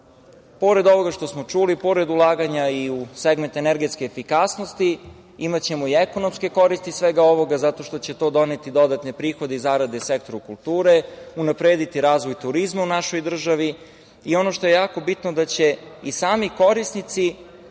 ovoga što smo čuli, pored ulaganja i u segment energetske efikasnosti, imaćemo i ekonomske koristi iz svega ovoga zato što će to doneti dodatne prihode i zarade sektoru kulture, unaprediti razvoj turizma u našoj državi. Ono što je jako bitno jeste da će i sami korisnici